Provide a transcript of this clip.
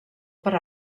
per